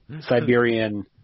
Siberian